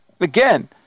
again